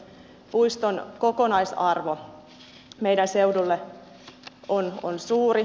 puiston kokonaisarvo meidän seudullemme on suuri